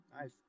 Nice